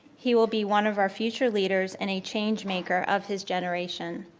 he will be one of our future leaders, and a changemaker of his generation.